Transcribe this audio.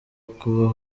kuba